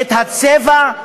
את הצבע,